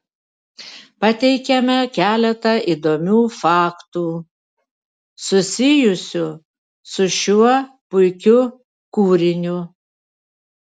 pateikiame keletą įdomių faktų susijusių su šiuo puikiu kūriniu